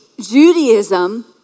Judaism